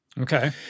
Okay